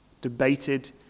debated